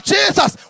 Jesus